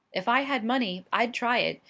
if i had money, i'd try it,